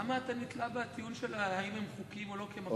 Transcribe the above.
למה אתה נתלה בטיעון של האם הם חוקיים או לא כמקור לגיטימציה?